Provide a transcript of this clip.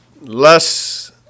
less